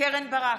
קרן ברק,